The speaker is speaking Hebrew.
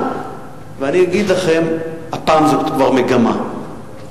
כל עוד אלה אינן מובילות להכבדה משמעותית על תקציב